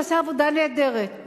ועשה עבודה נהדרת,